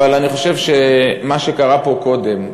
אבל אני חושב שמה שקרה פה קודם,